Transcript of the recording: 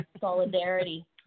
Solidarity